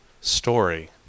story